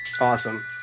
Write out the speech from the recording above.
Awesome